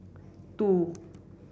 two